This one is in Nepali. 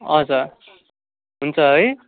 हजुर हुन्छ है